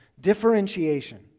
differentiation